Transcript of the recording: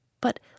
But